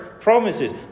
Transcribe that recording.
promises